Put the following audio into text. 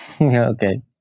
Okay